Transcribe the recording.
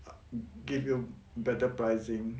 uh um give you better pricing